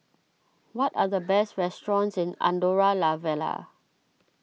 what are the best restaurants in Andorra La Vella